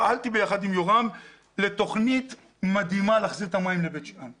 פעלתי ביחד עם יורם לתוכנית מדהימה להחזרת המים לבית שאן.